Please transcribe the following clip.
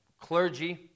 clergy